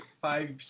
five